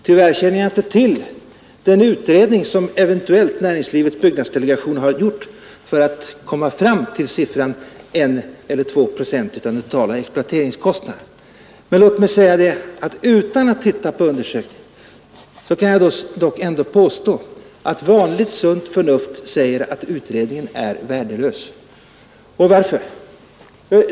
Tyvärr känner jag inte till den utredning som Näringslivets byggnadsdelegation eventuellt har gjort för att komma fram till uppgiften att det gäller 1 eller 2 procent av de totala exploateringskostnaderna. Men utan att titta på undersökningen kan jag påstå att vanligt sunt förnuft säger att den är värdelös. Och varför?